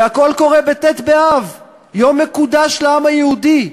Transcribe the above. והכול קורה בט' באב, יום מקודש לעם היהודי.